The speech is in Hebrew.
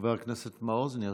חבר הכנסת מעוז, בבקשה,